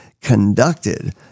conducted